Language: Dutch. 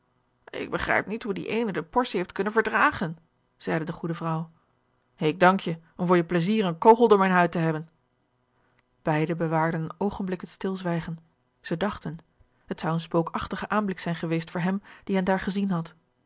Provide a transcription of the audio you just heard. ik begrijp niet hoe die eene de portie heeft kunnen verdragen zeide de goede vrouw ik dank je om voor je pleizier een kogel door mijne huid te hebben beide bewaarden een oogenblik het stilzwijgen zij dachten het zou een spookachtige aanblik zijn geweest voor hem die hen daar gezien had